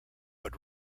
but